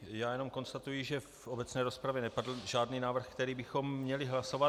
Já jenom konstatuji, že v obecné rozpravě nepadl žádný návrh, který bychom měli hlasovat.